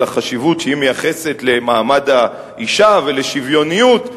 החשיבות שהיא מייחסת למעמד האשה ולשוויוניות.